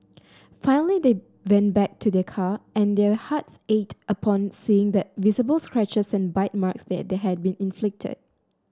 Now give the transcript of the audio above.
finally they went back to their car and their hearts ached upon seeing the visible scratches and bite marks that they had been inflicted